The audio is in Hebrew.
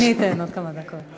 אני אתן עוד כמה דקות.